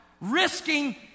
risking